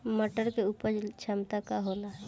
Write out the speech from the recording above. मटर के उपज क्षमता का होला?